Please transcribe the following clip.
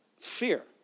Fear